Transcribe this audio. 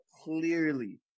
Clearly